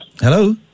Hello